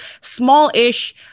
small-ish